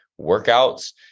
workouts